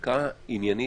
הצדקה עניינית.